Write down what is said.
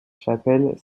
chapelle